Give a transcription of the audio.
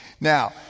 Now